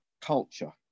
culture